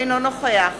אינו נוכח